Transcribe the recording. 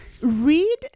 read